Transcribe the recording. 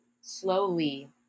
slowly